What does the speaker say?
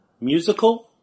musical